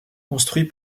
construit